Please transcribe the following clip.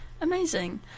Amazing